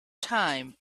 time